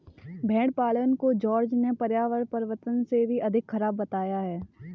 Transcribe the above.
भेड़ पालन को जॉर्ज ने पर्यावरण परिवर्तन से भी अधिक खराब बताया है